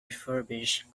refurbished